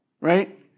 Right